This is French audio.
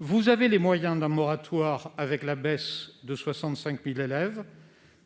vous avez les moyens d'un moratoire ;